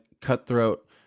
cutthroat